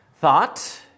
thought